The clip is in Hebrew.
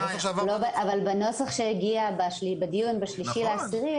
אבל בנוסח שהגיע בדיון ב-3.10,